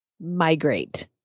migrate